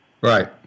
Right